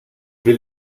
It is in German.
will